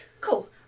Cool